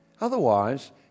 Otherwise